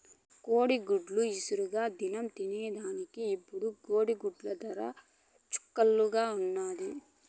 కోడిగుడ్డు ఇగురు దినంల తినేదానికి ఇప్పుడు గుడ్డు దర చుక్కల్లున్నాది